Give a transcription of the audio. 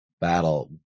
battle